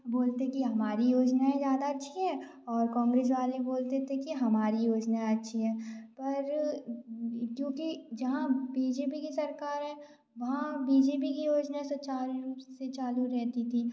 बोलते कि हमारी योजनाऍं ज़्यादा अच्छी हैं और कॉन्ग्रेस वाले बोलते थे कि हमारी योजनाऍं अच्छी हैं पर क्योंकि जहाँ बी जे पी की सरकार है वहाँ बी जे पी की योजना सुचारू रूप से चालू रहती थी